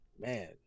Man